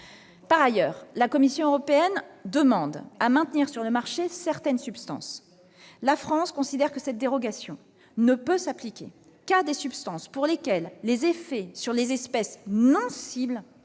Par ailleurs, la Commission européenne demande à maintenir sur le marché certaines substances. La France considère que cette dérogation ne peut s'appliquer qu'à des substances pour lesquelles les effets sur les espèces non-cibles